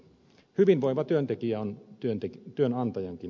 hyvinvoiva työntekijä on työnantajankin